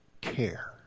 care